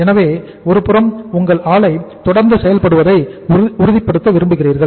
எனவே ஒருபுறம் உங்கள் ஆலை தொடர்ந்து செயல்படுவதை உறுதி படுத்த விரும்புகிறீர்கள்